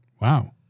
wow